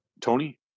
Tony